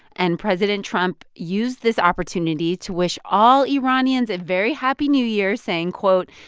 and president trump used this opportunity to wish all iranians a very happy new year, saying, quote,